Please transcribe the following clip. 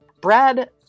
Brad